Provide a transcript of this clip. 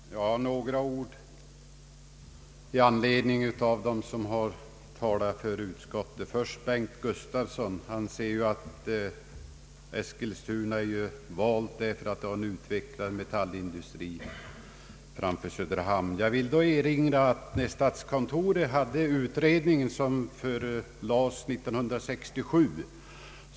Herr talman! Bara några ord i anledning av vad de sagt som talat för utskottet. Jag vänder mig först till herr Bengt Gustavsson. Han anser att Eskilstuna bör väljas framför Söderhamn, därför att Eskilstuna har en utvecklad metallindustri. Jag vill då erinra om statskontorets utredning från 1967.